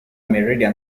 meridian